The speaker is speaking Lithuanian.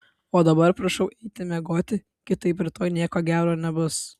o dabar prašau eiti miegoti kitaip rytoj nieko gero nebus